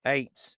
Eight